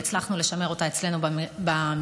והצלחנו לשמר אותה אצלנו במשרד.